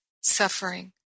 suffering